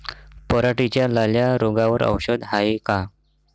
पराटीच्या लाल्या रोगावर औषध हाये का?